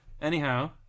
anyhow